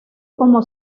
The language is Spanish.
como